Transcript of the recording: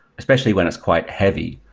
especially when it's quite heavy.